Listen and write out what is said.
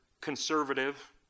conservative